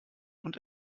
und